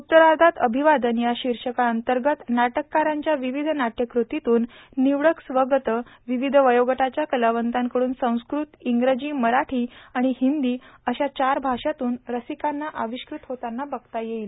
उत्तरार्धात अभिवादन या शीर्षकांतर्गत नाटककारांच्या विविध नाट्यकृतीतून निवडक स्वगते विविध वयोगटाच्या कलावंतांकडून संस्कृत इंग्रजी मराठी आणि हिंदी अशा चार भाषांतून रसिकांना अविष्कृत होताना बधता येईल